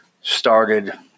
started